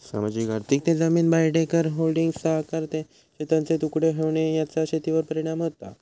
सामाजिक आर्थिक ते जमीन भाडेकरार, होल्डिंग्सचा आकार, शेतांचे तुकडे होणे याचा शेतीवर परिणाम होतो